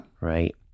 Right